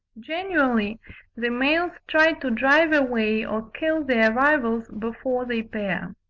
generally the males try to drive away or kill their rivals before they pair.